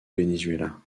venezuela